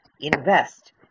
invest